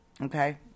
Okay